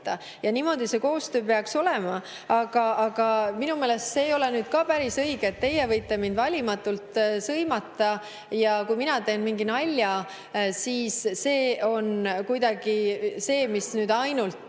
Niimoodi see koostöö peaks olema. Aga minu meelest ei ole see ka päris õige, et teie võite mind valimatult sõimata ja kui mina teen mingi nalja, siis see on kuidagi see, mis ainult